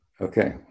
Okay